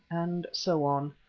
and so on.